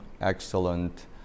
excellent